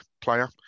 player